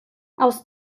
aus